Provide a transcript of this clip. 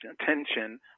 attention